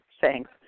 thanks